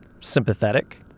sympathetic